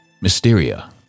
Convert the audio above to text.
Mysteria